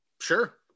Sure